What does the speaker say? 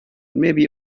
maybe